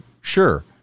Sure